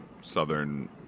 Southern